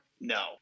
no